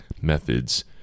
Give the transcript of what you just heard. methods